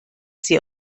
sie